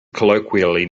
colloquially